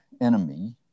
enemy